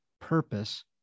purpose